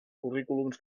currículums